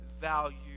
value